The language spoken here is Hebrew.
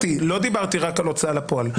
דיברתי רק על הוצאה לפועל.